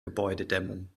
gebäudedämmung